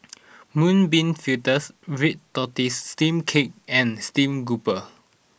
Mung Bean Fritters Red Tortoise Steamed Cake and Stream Grouper